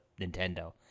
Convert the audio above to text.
Nintendo